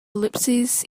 ellipses